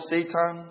Satan